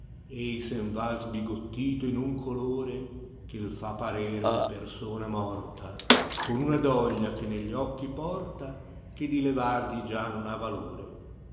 i sen va sbigottito io un colore che i fa parere una persona morta con una doglia che negli occhi porta che di levargli già non ha valore